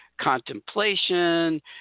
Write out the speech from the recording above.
contemplation